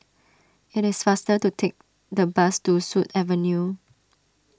it is faster to take the bus to Sut Avenue